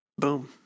boom